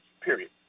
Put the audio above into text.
period